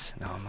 No